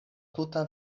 tuta